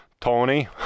Tony